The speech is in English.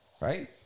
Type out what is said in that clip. right